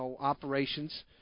operations